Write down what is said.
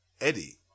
Eddie